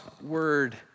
word